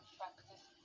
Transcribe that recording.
practice